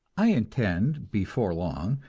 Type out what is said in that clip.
i intend, before long,